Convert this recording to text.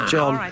John